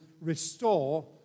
restore